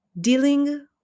Dealing